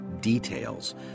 details